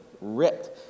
ripped